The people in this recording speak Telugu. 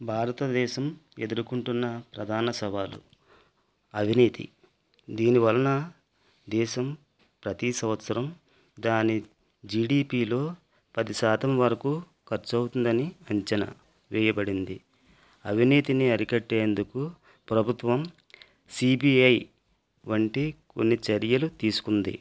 భారతదేశం ఎదుర్కొంటున్న ప్రధాన సవాలు అవినీతి దీనివల్ల దేశం ప్రతి సంవత్సరం దాని జిడిపిలో పది శాతం వరకు ఖర్చు అవుతుందని అంచనా వేయబడింది అవినీతిని అరికట్టేందుకు ప్రభుత్వం సి బి ఐ వంటి కొన్ని చర్యలు తీసుకుంది